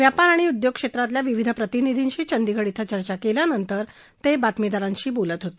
व्यापार आणि उद्योग क्षेत्रातल्या विविध प्रतिनिधींशी चंदीगड ब्रिं चर्चा केल्यानंतर ते बातमीदारांशी बोलत होते